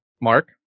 Mark